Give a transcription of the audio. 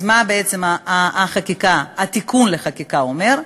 אז מה בעצם תיקון החקיקה אומר?